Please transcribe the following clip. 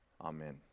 Amen